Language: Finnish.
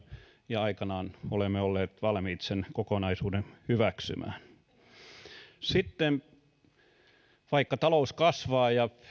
ja aikanaan olemme olleet valmiit sen kokonaisuuden hyväksymään vaikka talous sitten kasvaa ja